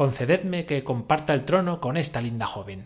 concededme que com parta el trono con esta linda joven